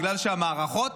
בגלל שהמערכות